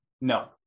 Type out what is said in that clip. no